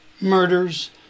murders